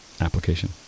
application